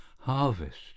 Harvest